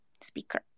speaker